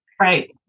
Right